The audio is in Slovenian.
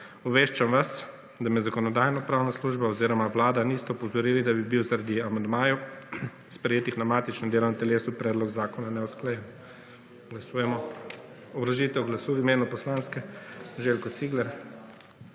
Obveščam vas, da me Zakonodajno-pravna služba oziroma Vlada nista opozorili, da bi bil zaradi amandmajev, sprejetih na matičnem delovnem telesu Predlog zakona neusklajen. Glasujemo. Obrazložitev glasu v imenu Poslanske skupine, Željko Cigler.